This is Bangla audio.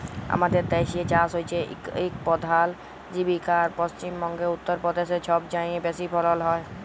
আমাদের দ্যাসে চাষ হছে ইক পধাল জীবিকা আর পশ্চিম বঙ্গে, উত্তর পদেশে ছবচাঁয়ে বেশি ফলল হ্যয়